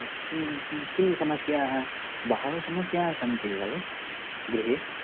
किं किं समस्याः बहवः समस्याः सन्ति खलु गृहे